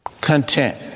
Content